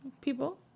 People